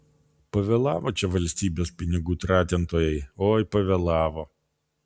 pavėlavo čia valstybės pinigų tratintojai oi pavėlavo